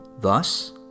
Thus